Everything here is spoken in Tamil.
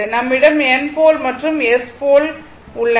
நம்மிடம் N போல் மற்றும் S போல் உள்ளன